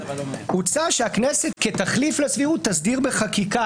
הוצע שהכנסת כתחליף לסבירות תסדיר בחקיקה,